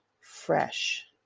fresh